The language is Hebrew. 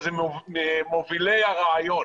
אבל אלה ממובילי הרעיון